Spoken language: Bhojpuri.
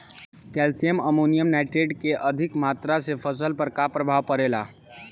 कैल्शियम अमोनियम नाइट्रेट के अधिक मात्रा से फसल पर का प्रभाव परेला?